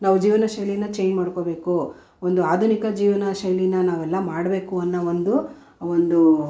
ನಾವು ಜೀವನ ಶೈಲಿನ ಚೇಂಜ್ ಮಾಡ್ಕೋಬೇಕು ಒಂದು ಆಧುನಿಕ ಜೀವನ ಶೈಲಿನ ನಾವೆಲ್ಲ ಮಾಡಬೇಕು ಅನ್ನೋ ಒಂದು ಒಂದು